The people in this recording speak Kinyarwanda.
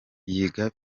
yiga